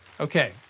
Okay